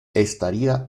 estaría